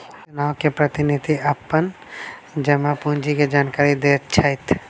चुनाव में प्रतिनिधि अपन जमा पूंजी के जानकारी दैत छैथ